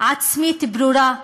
עצמית ברורה,